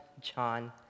John